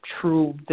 true